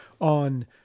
on